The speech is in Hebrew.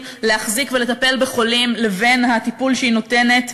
להחזיק ולטפל בחולים לבין הטיפול שהיא נותנת,